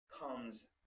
comes